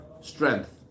strength